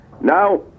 Now